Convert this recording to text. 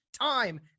time